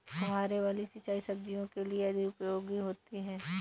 फुहारे वाली सिंचाई सब्जियों के लिए अधिक उपयोगी होती है?